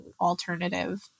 alternative